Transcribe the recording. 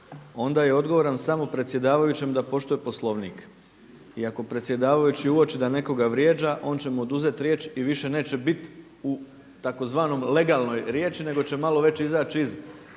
onda je odgovoran samo predsjedavajućem da poštuje Poslovnik. I ako predsjedavajući uoči da nekoga vrijeđa on će mu oduzeti riječ i više neće bit u tzv. legalnoj riječi nego će malo već izaći iz